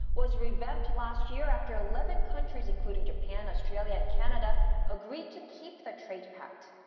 was revamped last year after eleven countries, including japan, australia and canada agreed to keep the trade pact.